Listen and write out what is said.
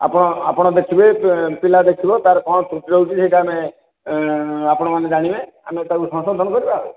ଆପଣ ଆପଣ ଦେଖିବେ ପି ପିଲା ଦେଖିବ ତାର କ'ଣ ତ୍ରୁଟି ରହୁଛି ସେଇଟା ଆମେ ଆପଣମାନେ ଜାଣିବେ ଆମେ ତାକୁ ସଂଶୋଧନ କରିବା ଆଉ